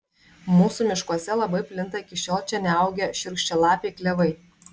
mūsų miškuose labai plinta iki šiol čia neaugę šiurkščialapiai klevai